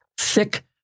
thick